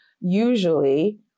usually